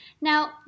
Now